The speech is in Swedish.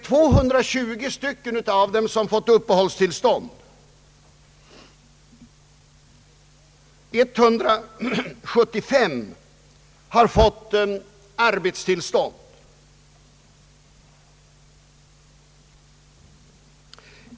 220 av dessa personer har fått uppehållstillstånd. 175 har fått arbetstillstånd.